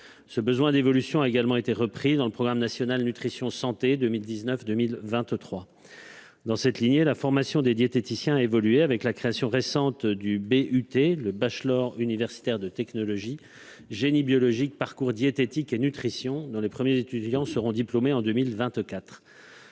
Ce besoin d'évolution a également été repris dans le programme national nutrition santé 2019-2023. Dans cette perspective, la formation des diététiciens a évolué, avec la création récente du bachelor universitaire de technologie (BUT) génie biologique, parcours « diététique et nutrition », dont les premiers étudiants seront diplômés en 2024.